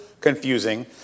confusing